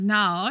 now